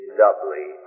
doubly